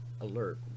alert